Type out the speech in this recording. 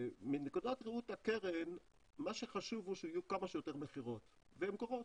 מנקודת ראות הקרן מה שחשוב הוא שיהיו כמה שיותר מכירות והן קורות.